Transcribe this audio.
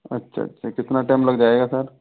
अच्छा अच्छा कितना टाइम लग जाएगा सर